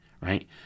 right